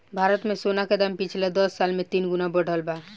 भारत मे सोना के दाम पिछला दस साल मे तीन गुना बढ़ल बा